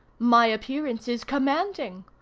my appearance is commanding.